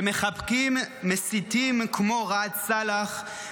שמחבקים מסיתים כמו ראאד סלאח,